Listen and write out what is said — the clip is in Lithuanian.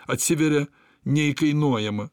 atsiveria neįkainojama